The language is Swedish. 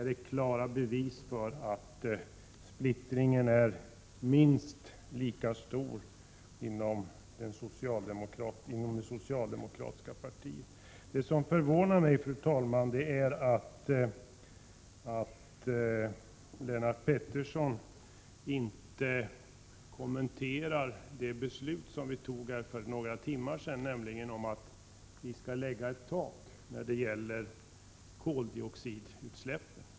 Detta är klara bevis för att splittringen är minst lika stor inom det socialdemokratiska partiet som inom borgerligheten. Fru talman! Något som förvånar mig är att Lennart Pettersson inte kommenterade det beslut som vi fattade för några timmar sedan, nämligen att vi skall fastställa ett tak för koldioxidutsläppen.